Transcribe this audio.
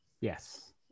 Yes